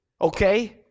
Okay